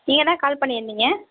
நீங்கள் தான் கால் பண்ணியிருந்தீங்க